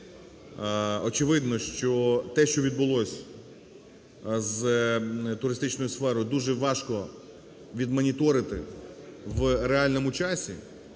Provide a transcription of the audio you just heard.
Очевидно, що те, що відбулося з туристичною сферою, дуже важковідмоніторити в реальному часі.